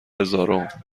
هزارم